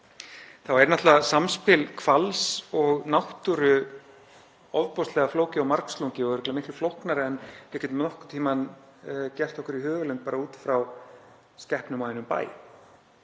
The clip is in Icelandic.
þá er náttúrulega samspil hvals og náttúru ofboðslega flókið og margslungið og örugglega miklu flóknara en við getum nokkurn tímann gert okkur í hugarlund bara út frá skepnum á einum bæ.